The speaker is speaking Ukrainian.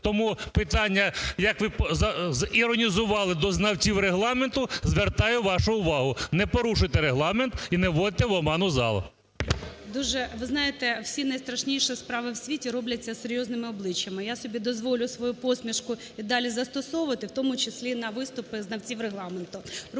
Тому питання, як ви іронізували до знавців Регламенту, звертаю вашу увагу. Не порушуйте Регламент і не вводьте в оману зал. ГОЛОВУЮЧИЙ. Дуже, ви знаєте, всі найстрашніші справи в світі робляться із серйозними обличчями. Я собі дозволю свою посмішку і далі застосовувати, в тому числі і на виступи знавців Регламенту.